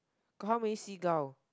got how many seagull